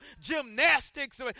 gymnastics